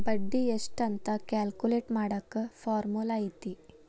ಬಡ್ಡಿ ಎಷ್ಟ್ ಅಂತ ಕ್ಯಾಲ್ಕುಲೆಟ್ ಮಾಡಾಕ ಫಾರ್ಮುಲಾ ಐತಿ